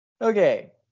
Okay